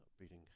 beating